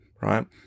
right